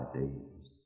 days